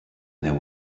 there